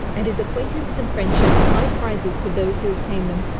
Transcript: and his acquaintance and friendship are high prizes to those who obtain them.